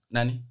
Nani